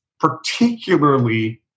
particularly